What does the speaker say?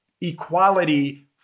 equality